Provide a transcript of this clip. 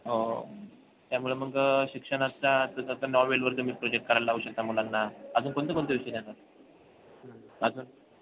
हो त्यामुळे मग शिक्षणाचा आता नॉवेलवर तुम्ही प्रोजेक्ट करायला लावू शकता मुलांना अजून कोणते कोणते विषय आहे त्यांना अजून